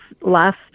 last